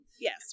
yes